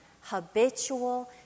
habitual